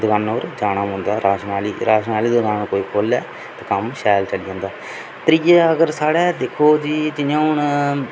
उत्थै दकानां पर जाना पौंदा राशना आह्ली राशन आह्ली दकान कोई खोह्ल्लै ते कम्म शैल चली जंदा त्रीया अगर साढ़े दिक्खो जी जि'यां हून